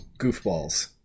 goofballs